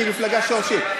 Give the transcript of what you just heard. כי היא מפלגה שורשית.